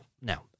now